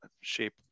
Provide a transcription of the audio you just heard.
shape